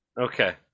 okay